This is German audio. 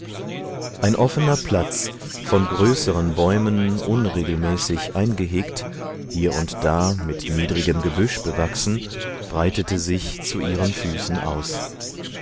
ein offener platz von größeren bäumen unregelmäßig eingehegt hier und da mit niedrigem gebüsch bewachsen breitete sich zu ihren füßen aus